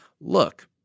look